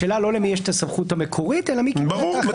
השאלה לא למי יש את הסמכות המקורית אלא מי קיבל החלטה.